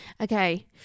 Okay